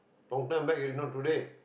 long time back already not today